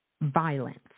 violence